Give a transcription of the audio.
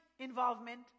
involvement